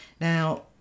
Now